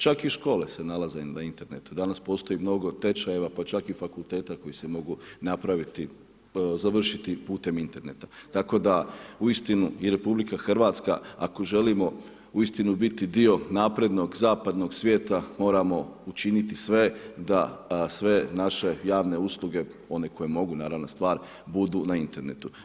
Čak i škole se nalaze na internetu, danas postoji mnogo tečajeva pa čak i fakulteta koji se mogu završiti putem interneta tako da uistinu je RH ako želimo uistinu biti dio naprednog zapadnog svijeta, moramo učiniti sve da sve naše javne usluge one koji mogu, naravna stvar, budu na internetu.